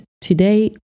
today